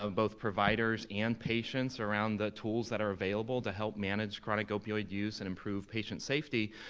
ah both providers and patients around the tools that are available to help manage chronic opioid use and improve patient safety,